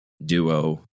duo